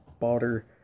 butter